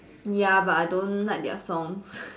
ya but I don't like their songs